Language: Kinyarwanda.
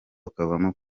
ukavamo